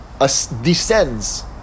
descends